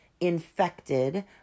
Infected